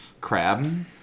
Crab